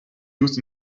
used